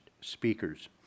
speakers